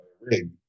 rig